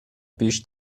پیش